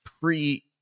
pre